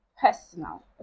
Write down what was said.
personal